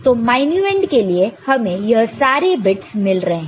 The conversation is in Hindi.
तो मायन्यूएंड के लिए हमें यह सारे बिट्स मिल रहे हैं